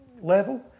level